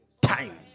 time